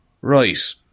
Right